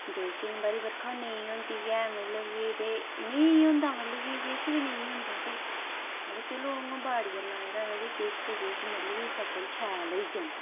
मतलब कि नेईं होंदा मतलब कि किश बी नेईं होंदा भी बा चलो हून बाड़िया लाए दा होऐ किश ते किश मतलब कि फसल शैल होई जंदी